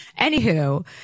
Anywho